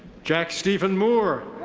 jack steven moore.